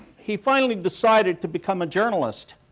he finally decided to become a journalist,